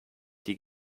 die